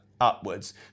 upwards